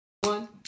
One